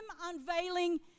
unveiling